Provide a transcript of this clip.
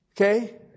Okay